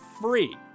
free